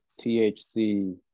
thc